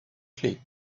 clé